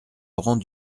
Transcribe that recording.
laurent